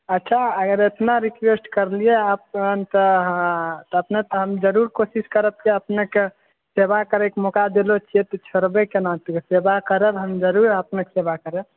अच्छा अगर एतना रिक्वेस्ट करलियै अहाँ तहन तऽ हम अपनेकेँ हम जरूर कोशिश करब किए कि अपनेकेँ सेवा करै कऽ मौका देले छियै तऽ छोड़बै केना कऽ सेबा करब हम जरूर अपनेकेेँ सेवा करब